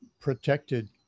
protected